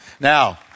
Now